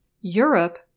Europe